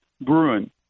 Bruin